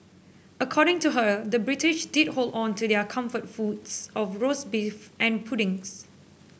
according to her the British did hold on to their comfort foods of roast beef and puddings